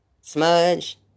Smudge